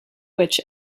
witch